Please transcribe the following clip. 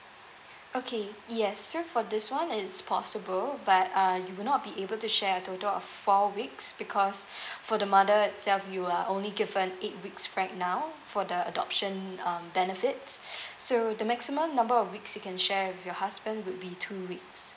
okay yes so for this one it's possible but uh you will not be able to share a total of four weeks because for the mother itself you are only given eight weeks right now for the adoption uh benefits so the maximum number of weeks you can share with your husband would be two weeks